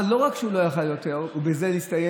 אבל לא רק שהוא לא היה יכול יותר ובזה זה הסתיים,